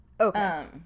Okay